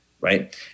right